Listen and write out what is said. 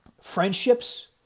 friendships